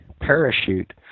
parachute